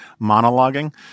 monologuing